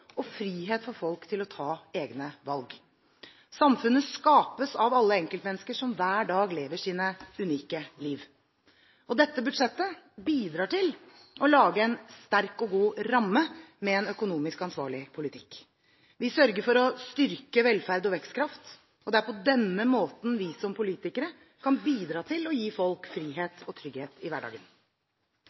og frihet for folk til å ta egne valg. Samfunnet skapes av alle enkeltmennesker som hver dag lever sine unike liv. Dette budsjettet bidrar til å lage en sterk og god ramme, med en økonomisk ansvarlig politikk. Vi sørger for å styrke velferd og vekstkraft. Det er på denne måten vi som politikere kan bidra til å gi folk frihet og trygghet i hverdagen.